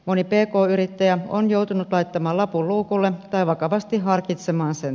oli pelko yrittäjä on joutunut laittamaan lapun luukulle tai vakavasti harkitsemaan sen